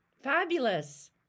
Fabulous